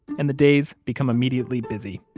and the days become immediately busy.